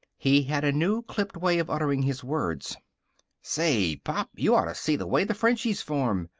he had a new clipped way of uttering his words say, pop, you ought to see the way the frenchies farm!